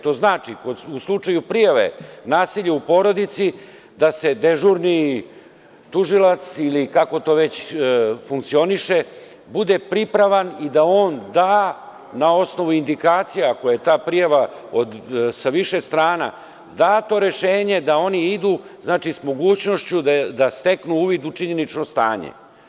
To znači da u slučaju prijave nasilja u porodici da se dežurni tužilac, kako to već funkcioniše, bude pripravan i da on da na osnovu indikacija koje ta prijava sa više strana, dato rešenje da oni idu, znači, s mogućnošću da steknu uvid u činjenično stanje.